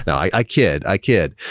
i kid. i kid.